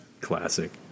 classic